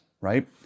right